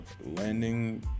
landing